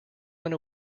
went